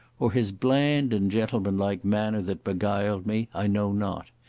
or his bland and gentleman-like manner that beguiled me, i know not,